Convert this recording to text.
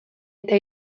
eta